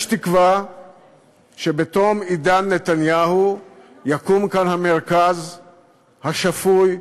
יש תקווה שבתום עידן נתניהו יקום כאן המרכז השפוי,